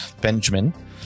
Benjamin